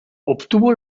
obtuvo